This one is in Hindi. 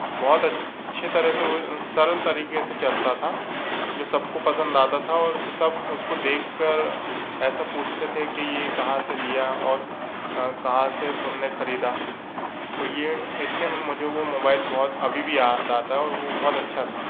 बहुत अच्छी तरह से वह सरल तरीके से चलता था जो सबको पसंद आता था और सब उसको देख कर ऐसा पूछते थे कि यह कहाँ से लिया और कहाँ से तुमने ख़रीदा तो यह इसलिए मुझे वह मोबाइल बहुत अभी भी याद आता है और वह बहुत अच्छा था